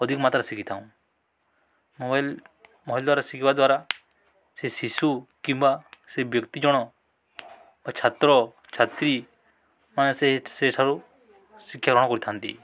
ଅଧିକ ମାତ୍ରାରେ ଶିଖିଥାଉ ମୋବାଇଲ୍ ମୋବାଇଲ୍ ଦ୍ଵାରା ଶିଖିବା ଦ୍ୱାରା ସେ ଶିଶୁ କିମ୍ବା ସେ ବ୍ୟକ୍ତି ଜଣ ଓ ଛାତ୍ର ଛାତ୍ରୀ ମାନେ ସେ ସେଠୁ ଶିକ୍ଷା ଗ୍ରହଣ କରିଥାନ୍ତି